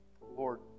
Lord